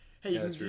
Hey